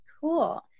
Cool